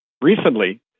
recently